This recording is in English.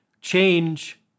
change